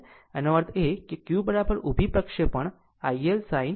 તેનો અર્થ એ કે q ઉભી પ્રક્ષેપણ IL sine theta